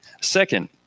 Second